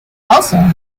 also